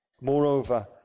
Moreover